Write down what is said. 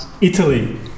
Italy